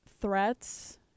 threats